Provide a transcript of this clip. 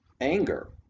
anger